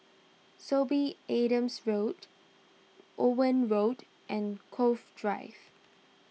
Sorby Adams Road Owen Road and Cove Drive